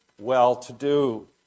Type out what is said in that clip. well-to-do